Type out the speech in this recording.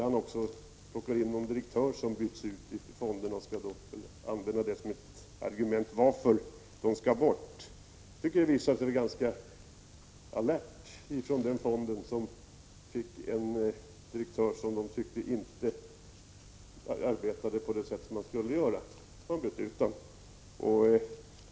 Han nämnde att en direktör hade bytts ut och ville använda det som ett argument för att fonderna skall bort. Jag tycker att det var ganska alert av fonden att byta ut en direktör som inte arbetat på det sätt som en sådan skall göra.